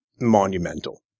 monumental